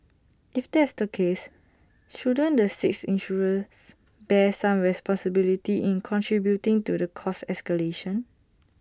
if that's the case shouldn't the six insurers bear some responsibility in contributing to the cost escalation